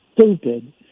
stupid